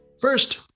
First